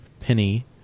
Penny